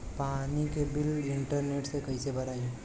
पानी के bill internet से कइसे भराई?